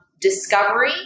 discovery